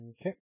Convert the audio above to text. Okay